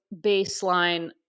baseline